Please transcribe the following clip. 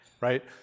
Right